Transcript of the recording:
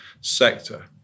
sector